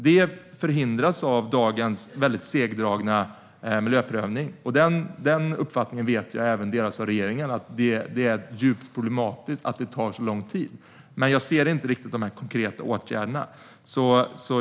Detta förhindras av dagens väldigt segdragna miljöprövning. Den uppfattningen vet jag delas av regeringen: Det är djupt problematiskt att det tar så lång tid. Men jag ser inte riktigt de konkreta åtgärderna.